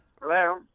Hello